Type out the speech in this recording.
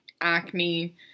acne